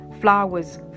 flowers